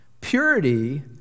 Purity